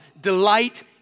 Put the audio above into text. delight